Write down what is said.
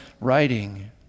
writing